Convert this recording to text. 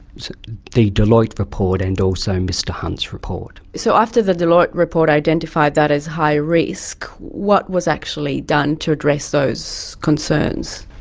the deloitte report and also mr hunt's report. so after the deloitte report identified that as high risk, what was actually done to address those concerns?